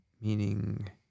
meaning